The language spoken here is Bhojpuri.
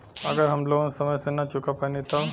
अगर हम लोन समय से ना चुका पैनी तब?